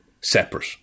separate